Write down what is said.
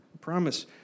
promise